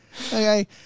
okay